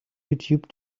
youtube